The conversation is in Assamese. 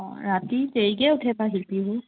অঁ ৰাতি দেৰিকৈ উঠে বাৰু শিল্পীবোৰ